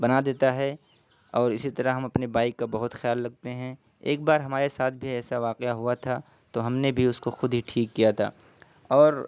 بنا دیتا ہے اور اسی طرح ہم اپنے بائک کا بہت خیال رکھتے ہیں ایک بار ہمارے ساتھ بھی ایسا واقعہ ہوا تھا تو ہم نے بھی اس کو خود ہی ٹھیک کیا تھا اور